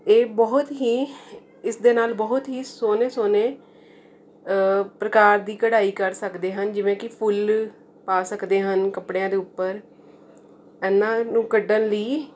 ਇਹ ਬਹੁਤ ਹੀ ਇਸ ਦੇ ਨਾਲ ਬਹੁਤ ਹੀ ਸੋਹਣੇ ਸੋਹਣੇ ਪ੍ਰਕਾਰ ਦੀ ਕੜਾਈ ਕਰ ਸਕਦੇ ਹਨ ਜਿਵੇਂ ਕਿ ਫੁੱਲ ਪਾ ਸਕਦੇ ਹਨ ਕੱਪੜਿਆਂ ਦੇ ਉੱਪਰ ਇਹਨਾਂ ਨੂੰ ਕੱਢਣ ਲਈ